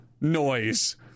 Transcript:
noise